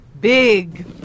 Big